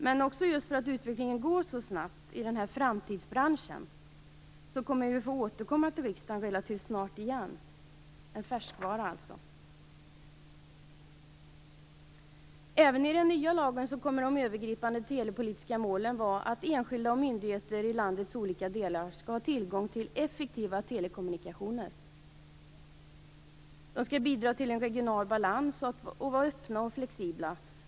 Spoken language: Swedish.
Men just för att utvecklingen i denna framtidsbransch går så snabbt kommer vi att få återkomma till riksdagen relativt snart igen. Det är alltså fråga om en färskvara. Även i den nya lagen kommer de övergripande telepolitiska målen att vara att enskilda och myndigheter i landets olika delar skall ha tillgång till effektiva telekommunikationer. De skall bidra till en regional balans och vara öppna och flexibla.